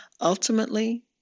Ultimately